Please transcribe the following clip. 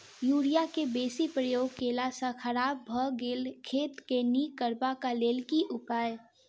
Urea केँ बेसी प्रयोग केला सऽ खराब भऽ गेल खेत केँ नीक करबाक लेल की उपाय?